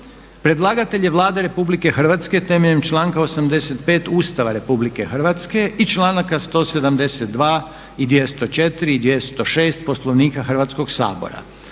Predlagatelj je Vlada RH temeljem članka 85. Ustava RH i članaka 172. i 206. i 206. Poslovnika Hrvatskog sabora.